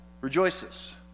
rejoices